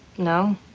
no.